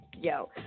yo